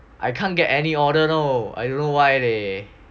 I can't get any order know I don't know why leh